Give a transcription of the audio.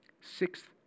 Sixth